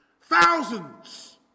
thousands